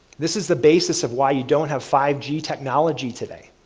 this is the basis of why you don't have five g technology today.